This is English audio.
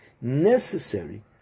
necessary